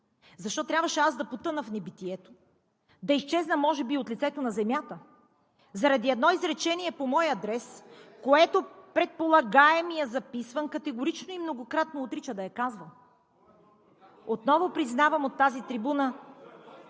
Защо трябваше аз да потъна в небитието, да изчезна може би от лицето на Земята заради едно изречение по мой адрес, което предполагаемият записван категорично и многократно отрича да е казвал? (Възгласи: „Еее!“ от „БСП за